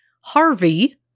Harvey